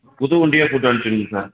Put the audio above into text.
புது வண்டியாக கொடுத்து அனுப்பிச்சுடுங்க சார்